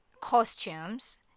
costumes